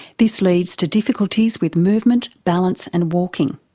this leads to difficulties with movement, balance and walking.